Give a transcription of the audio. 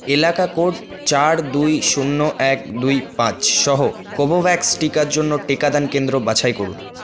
এলাকা কোড চার দুই শূন্য এক দুই পাঁচ সহ কোভোভ্যাক্স টিকার জন্য টিকাদান কেন্দ্র বাছাই করুন